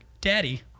daddy